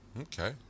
Okay